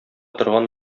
торган